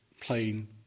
plain